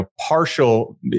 partial